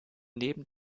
neben